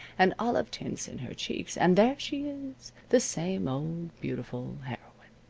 and olive tints in her cheeks, and there she is, the same old beautiful heroine.